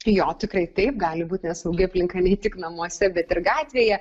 jo tikrai taip gali būti nesaugi aplinka nei tik namuose bet ir gatvėje